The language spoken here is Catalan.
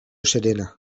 serena